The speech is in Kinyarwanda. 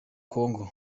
congo